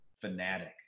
fanatic